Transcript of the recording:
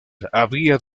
había